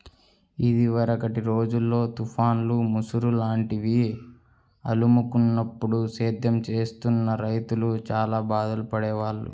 ఇదివరకటి రోజుల్లో తుఫాన్లు, ముసురు లాంటివి అలుముకున్నప్పుడు సేద్యం చేస్తున్న రైతులు చానా బాధలు పడేవాళ్ళు